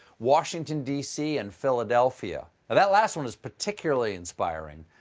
washington, d c, and philadelphia. that last one is particularly inspiring.